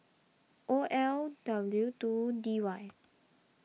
O L W two D Y